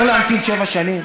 הוא צריך להמתין שבע שנים?